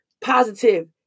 positive